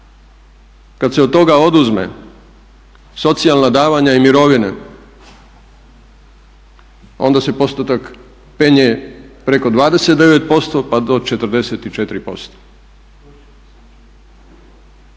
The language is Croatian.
Kada se od toga oduzmu socijalna davanja i mirovine onda se postotak penje preko 29% pa do 44%.